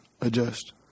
adjust